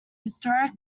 historic